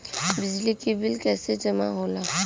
बिजली के बिल कैसे जमा होला?